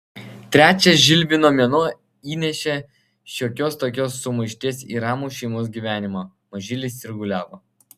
trečias žilvino mėnuo įnešė šiokios tokios sumaišties į ramų šeimos gyvenimą mažylis sirguliavo